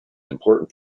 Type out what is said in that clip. important